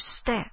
step